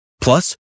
Plus